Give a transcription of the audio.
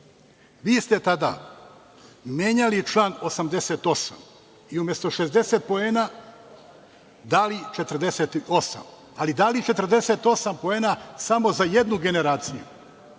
Vi ste tada menjali član 88. i umesto 60 poena dali 48, ali dali 48 poena samo za jednu generaciju.